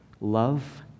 love